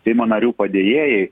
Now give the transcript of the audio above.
seimo narių padėjėjai